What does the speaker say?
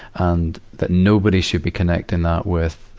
and that nobody should be connecting that with,